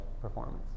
performance